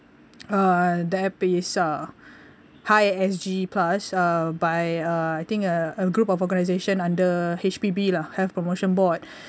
uh the app is uh high S_G plus uh by (uh)I think uh a group of organisation under H_P_B lah health promotion board